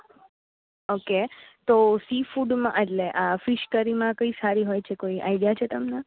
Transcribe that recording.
okay તો sea ફૂડમાં એટલે આ ફિશ કરીમાં કઈ સારી હોય છે કોઈ આઇડિયા છે તમને